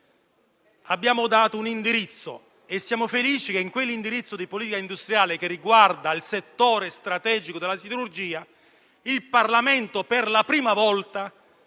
Abbiamo dato un indirizzo e siamo felici che in quell'indirizzo di politica industriale che riguarda il settore strategico della siderurgia il Parlamento per la prima volta